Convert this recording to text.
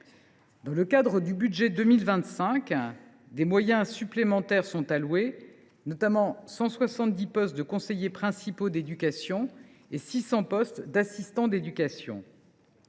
Dans le cadre du budget pour 2025, des moyens supplémentaires ont été alloués, notamment 170 postes de conseiller principal d’éducation et 600 postes d’assistant d’éducation.